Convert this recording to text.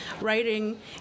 writing